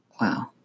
wow